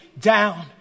down